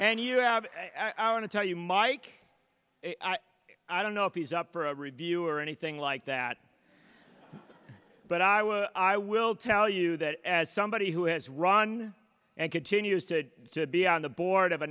i want to tell you mike i don't know if he's up for a review or anything like that but i will i will tell you that as somebody who has run and continues to be on the board of a